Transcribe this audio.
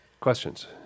questions